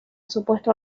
supuesto